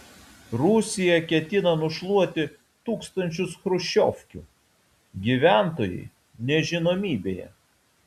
rusija ketina nušluoti tūkstančius chruščiovkių gyventojai nežinomybėje